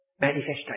manifestation